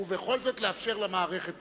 ובכל זאת לאפשר למערכת לפעול.